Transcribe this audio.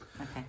Okay